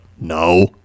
no